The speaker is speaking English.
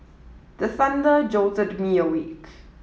the thunder jolted me awake